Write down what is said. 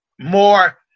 more